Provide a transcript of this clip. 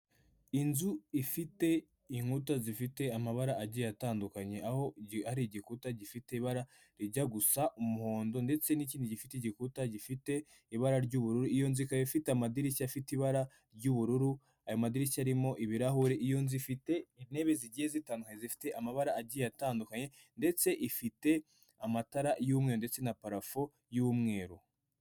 Inzu ifite inkuta zifite amabara agiye atandukanye aho igikuta gifite ibara rijya gusa umuhondo ndetse n'ikindi gifite igikuta gifite ibara ry'ubururu iyo ikaba ifite amadirishya afite ibara ry'ubururu ayo madirishya arimo ibirahuri iyo ifite intebe zigiye zitandukanye zifite amabara agiye atandukanye ndetse ifite amatara y'umweru ndetse na parafo y'umweru.